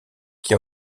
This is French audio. qui